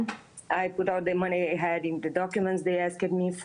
והם עזרו לבנות את ישראל.